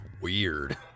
weird